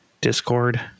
discord